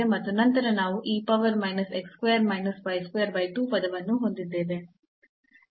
ಮತ್ತು ನಂತರ ನಾವು e power minus x square minus y square by 2 ಪದವನ್ನು ಹೊಂದಿದ್ದೇವೆ